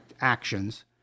actions –